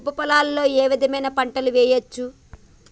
దుబ్బ పొలాల్లో ఏ విధమైన పంటలు వేయచ్చా?